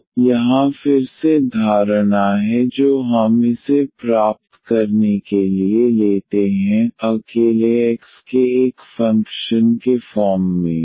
तो यहाँ फिर से धारणा है जो हम इसे प्राप्त करने के लिए लेते हैं I अकेले x के एक फंक्शन के फॉर्म में